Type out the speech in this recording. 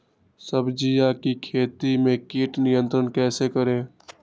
सब्जियों की खेती में कीट नियंत्रण कैसे करें?